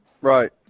Right